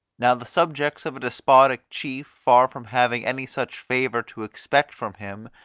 now the subjects of a despotic chief, far from having any such favour to expect from him,